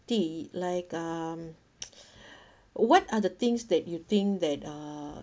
like um what are the things that you think that uh